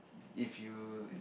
if you